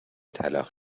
طلاق